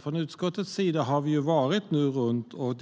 Från utskottets sida har vi varit och